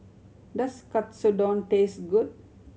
does Katsudon taste good